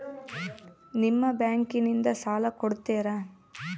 ನಿಮ್ಮ ಬ್ಯಾಂಕಿನಿಂದ ಸಾಲ ಕೊಡ್ತೇರಾ?